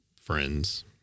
friends